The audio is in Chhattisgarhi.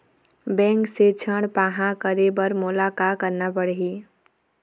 बैंक से ऋण पाहां करे बर मोला का करना पड़ही?